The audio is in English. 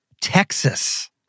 Texas